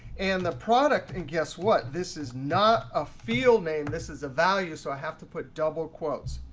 and the product and guess what? this is not a field name. this is a value, so i have to put double quotes.